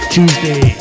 Tuesday